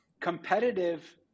Competitive